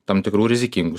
tam tikrų rizikingų